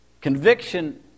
conviction